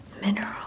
Mineral